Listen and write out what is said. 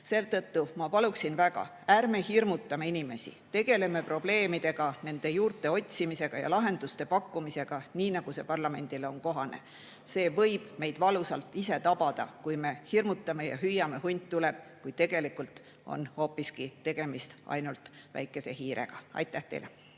Seetõttu ma palun väga: ärme hirmutame inimesi! Tegeleme probleemidega, nende juurte otsimisega ja lahenduste pakkumisega, nii nagu parlamendile kohane on. See võib meid ennast valusalt tabada, kui me hirmutame ja hüüame: "Hunt tuleb!", kuid tegelikult on hoopiski tegemist ainult väikese hiirega. Aitäh teile!